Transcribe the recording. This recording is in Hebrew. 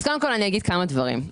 כמה דברים.